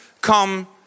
come